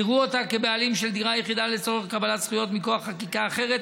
יראו אותו כבעלים של דירה יחידה לצורך קבלת זכויות מכוח חקיקה אחרת,